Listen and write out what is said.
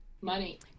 Money